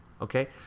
Okay